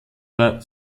war